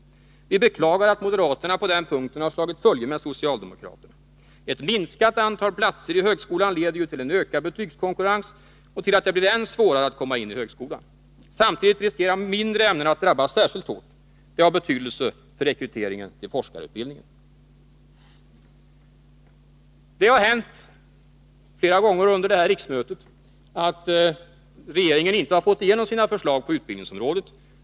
Vi beklagar att moderaterna på den punkten har slagit följe med socialdemokraterna. Ett minskat antal platser i högskolan leder ju till en ökad betygskonkurrens och till att det blir än svårare att komma in på högskolan. Samtidigt riskerar mindre ämnen att drabbas särskilt hårt. Det har betydelse för rekryteringen till forskarutbildningen. Det har hänt flera gånger under det här riksmötet att regeringen inte har fått igenom sina förslag på utbildningsområdet.